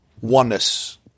oneness